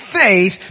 faith